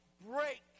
break